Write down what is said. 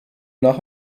nach